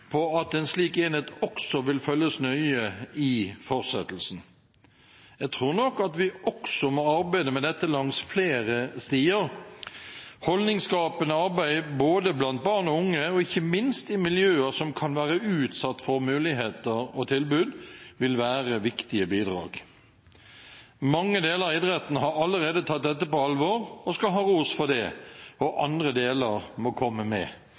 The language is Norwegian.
på at en slik enhet også vil følges nøye i fortsettelsen. Jeg tror nok at vi også må arbeide med dette langs flere stier. Holdningsskapende arbeid både blant barn og unge og ikke minst i miljøer som kan være utsatt for muligheter og tilbud, vil være viktige bidrag. Mange deler av idretten har allerede tatt dette på alvor, og skal ha ros for det, og andre deler må komme med.